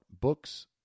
books